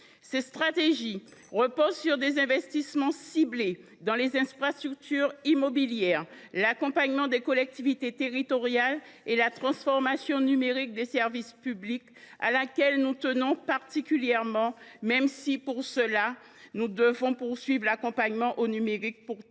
Cette stratégie repose sur des investissements ciblés vers les infrastructures immobilières, l’accompagnement des collectivités territoriales et la transformation numérique des services publics, à laquelle nous tenons particulièrement, même si le soutien au numérique doit